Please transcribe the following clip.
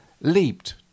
leaped